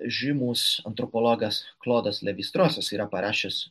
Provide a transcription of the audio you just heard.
žymus antropologas klodas levistrosas yra parašęs